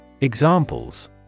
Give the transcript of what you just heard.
Examples